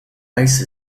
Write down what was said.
ice